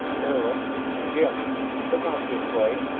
arrow yes but not this way.